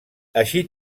així